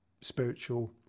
spiritual